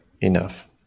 enough